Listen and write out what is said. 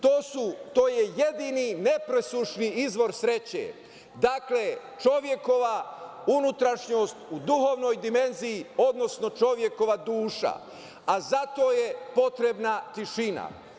To je jedini nepresušni izvor sreće, dakle, čovekova unutrašnjost u duhovnoj dimenziji, odnosno čovekova duša, a za to je potrebna tišina.